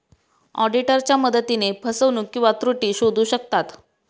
ऑडिटरच्या मदतीने फसवणूक किंवा त्रुटी शोधू शकतात